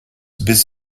bis